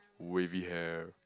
wavy hair